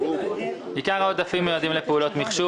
עיקר העודפים מיועד לפעולות מחשוב